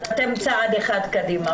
אתם צעד אחד קדימה.